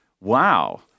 wow